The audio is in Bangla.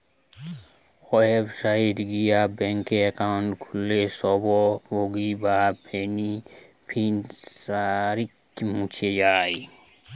ওয়েবসাইট গিয়ে ব্যাঙ্ক একাউন্ট খুললে স্বত্বভোগী বা বেনিফিশিয়ারিকে মুছ যায়